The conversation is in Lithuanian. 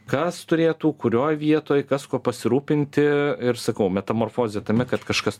kas turėtų kurioj vietoj kas kuo pasirūpinti ir sakau metamorfozė tame kad kažkas